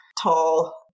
tall